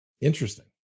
interesting